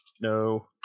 No